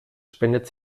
spendet